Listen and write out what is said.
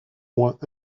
moins